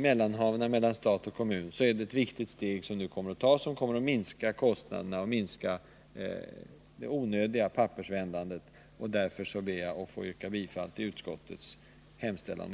mellanhavandena mellan stat och kommun, är det ett viktigt steg som kommer att tas och som kommer att minska kostnaderna och det onödiga pappersarbetet. Därför ber jag att få yrka bifall till utskottets hemställan.